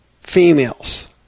females